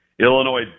Illinois